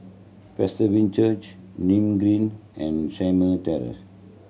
Presbyterian Church Nim Green and Shamah Terrace